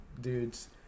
dudes